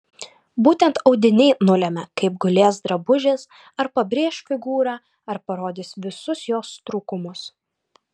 būtent audiniai nulemia kaip gulės drabužis ar pabrėš figūrą ar parodys visus jos trūkumus